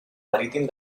marítim